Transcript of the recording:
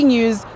News